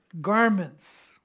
garments